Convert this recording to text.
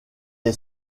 est